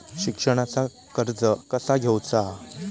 शिक्षणाचा कर्ज कसा घेऊचा हा?